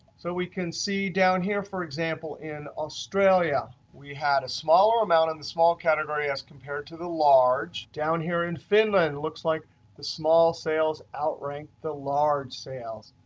so we can see down here, for example, in australia we had a smaller amount in the small category as compared to the large. down here in finland looks like the small sales outranked the large sales.